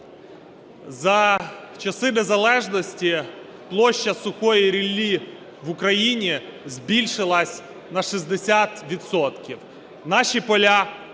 за часи незалежності площа сухої ріллі в Україні збільшилася на 60 відсотків,